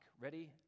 Ready